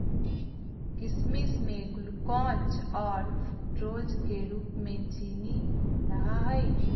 किशमिश में ग्लूकोज और फ्रुक्टोज के रूप में चीनी रहा हई